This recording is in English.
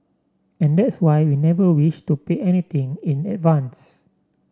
and that's why we never wished to pay anything in advance